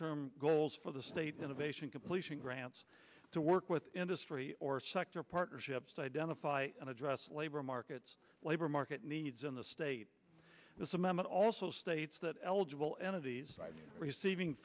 term goals for the state innovation completion grants to work with industry or sector partnerships to identify and address labor markets labor market needs in the state is a member also states that eligible entities receiving